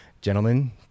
gentlemen